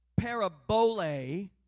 parabole